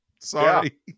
Sorry